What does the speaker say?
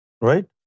right